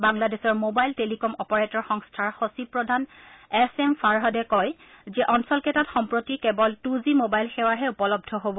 বাংলাদেশৰ mobile telecom operator সংস্থাৰ সচিব প্ৰধান এছ এম ফাৰহাডে কয় যে অঞ্চলকেইটাত সম্প্ৰতি কেৱল টু জি মবাইল সেৱাহে উপলৰূ হ'ব